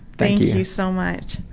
thank you so much.